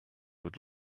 would